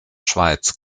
schweiz